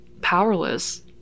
powerless